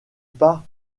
pas